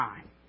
time